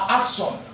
action